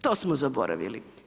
To smo zaboravili.